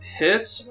hits